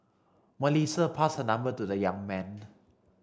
Melissa passed her number to the young man